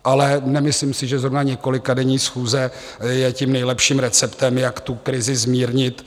Ale nemyslím si, že zrovna několikadenní schůze je tím nejlepším receptem, jak tu krizi zmírnit.